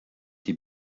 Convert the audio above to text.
die